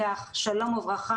שלום.